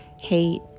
hate